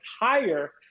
higher